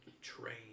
train